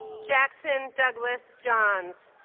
jackson douglas johns